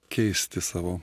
keisti savo